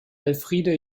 elfriede